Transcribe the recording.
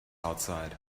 outside